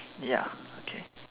ya okay